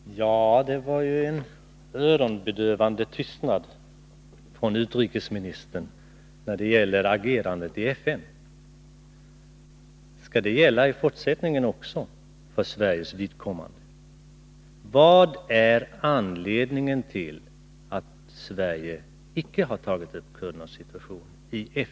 Herr talman! Det var en ”öronbedövande” tystnad från utrikesministerns sida när det gäller agerandet i FN. Skall det gälla i fortsättningen också för Sveriges vidkommande? Vad är anledningen till att Sverige inte har tagit upp kurdernas situation i FN?